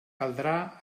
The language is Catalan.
caldrà